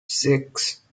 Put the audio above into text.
six